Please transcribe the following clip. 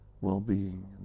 well-being